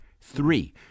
Three